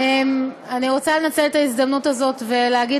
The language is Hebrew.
אני רוצה לנצל את ההזדמנות הזאת ולהגיד